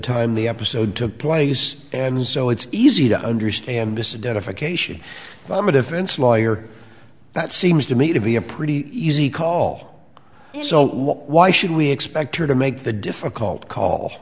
time the episode took place and so it's easy to understand this a dedication from a defense lawyer that seems to me to be a pretty easy call it so why should we expect her to make the difficult call